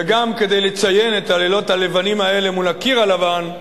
וגם כדי לציין את הלילות הלבנים האלה מול הקיר הלבן,